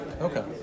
Okay